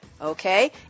okay